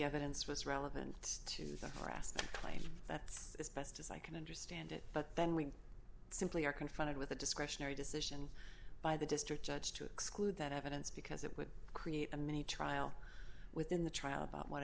evidence for it's relevant to the harassment claims that's as best as i can understand it but then we simply are confronted with a discretionary decision by the district judge to exclude that evidence because it would create a mini trial within the child about what